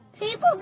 People